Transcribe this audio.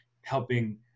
helping